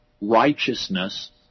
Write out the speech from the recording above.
righteousness